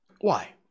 Why